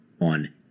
on